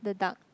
the duck